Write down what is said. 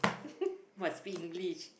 must speak English